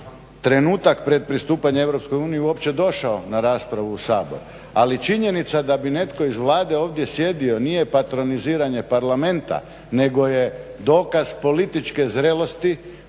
trenutak pred pristupanje EU uopće došao na raspravu u Sabor. Ali činjenica da bi netko iz Vlade ovdje sjedio nije patroniziranje Parlamenta, nego je dokaz političke zrelosti,